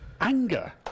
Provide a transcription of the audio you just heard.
anger